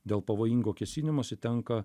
dėl pavojingo kėsinimosi tenka